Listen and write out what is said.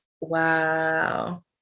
Wow